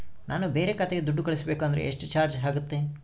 ನಾನು ಬೇರೆ ಖಾತೆಗೆ ದುಡ್ಡು ಕಳಿಸಬೇಕು ಅಂದ್ರ ಎಷ್ಟು ಚಾರ್ಜ್ ಆಗುತ್ತೆ?